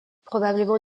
probablement